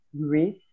Greece